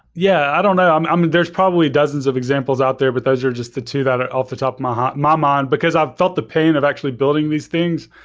yeah, i don't know. um i mean, there's probably dozens of examples out there, but those are just the two that are off the top of ah my mind, because i've felt the pain of actually building these things.